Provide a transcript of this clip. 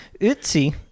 Uzi